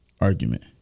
argument